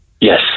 Yes